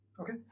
Okay